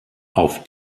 auf